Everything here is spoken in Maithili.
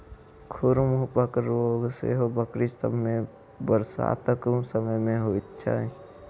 खुर मुँहपक रोग सेहो बकरी सभ मे बरसातक समय मे होइत छै